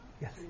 Yes